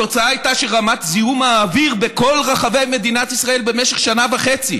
התוצאה הייתה שרמת זיהום האוויר בכל רחבי מדינת ישראל במשך שנה וחצי,